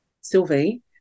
Sylvie